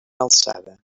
alçada